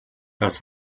das